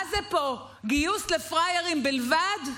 מה זה פה, גיוס לפראיירים בלבד?